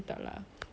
yours